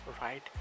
right